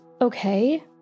okay